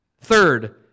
Third